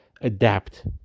adapt